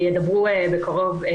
ידברו בקרוב,